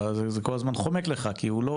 זה כל הזמן חומק לך כי זה לא